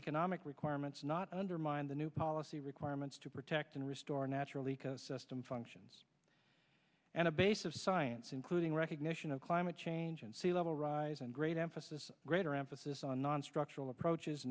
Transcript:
economic requirements not undermine the new policy requirements to protect and restore our natural ecosystem functions and a base of science including recognition of climate change and sea level rise and great emphasis greater emphasis on nonstructural approaches